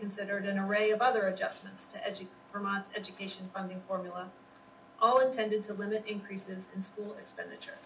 considered an array of other adjustments to as you are months education funding formula all intended to limit increases in school expenditure